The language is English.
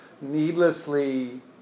needlessly